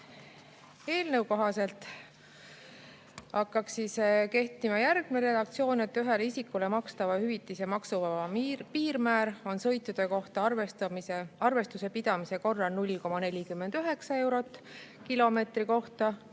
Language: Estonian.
Eelnõu kohaselt hakkaks kehtima järgmine redaktsioon, et ühele isikule makstava hüvitise maksuvaba piirmäär on sõitude kohta arvestuse pidamise korral 0,49 eurot kilomeetri kohta,